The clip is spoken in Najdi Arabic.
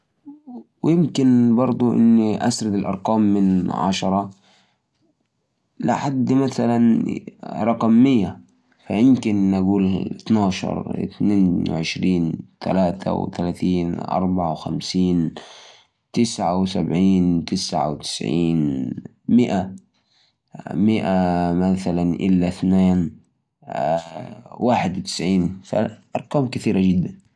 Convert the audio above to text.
عشر أرقام عشوائية من صفر لمية ثلاثة وعشرين ,ستة وسبعين, خمسة واربعين, إثناش, تسعة وثمانين ,اربعة وثلاثين, سبعة وستين, خمسة, واحد وتسعين ,ثمانية وخمسين.